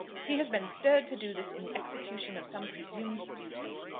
he has been stirred to do this in the execution of some presumed duty.